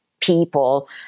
people